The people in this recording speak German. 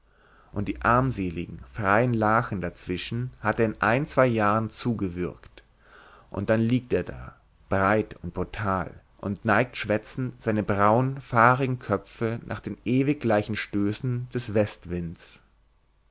und die armseligen freien lachen dazwischen hat er in ein zwei jahren zugewürgt und dann liegt er da breit und brutal und neigt schwätzend seine braunen fahrigen köpfe nach den ewig gleichen stößen des westwinds